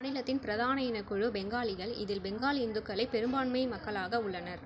மாநிலத்தின் பிரதான இனக்குழு பெங்காலிகள் இதில் பெங்காலி இந்துக்களே பெரும்பான்மை மக்களாக உள்ளனர்